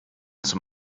zum